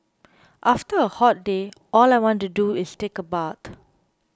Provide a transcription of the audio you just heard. after a hot day all I want to do is take a bath